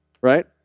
Right